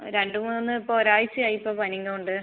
രണ്ടു മൂന്നു ഇപ്പോൾ ഒരാഴ്ചയായി ഇപ്പോൾ പനിയും കൊണ്ട്